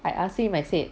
I asked him I said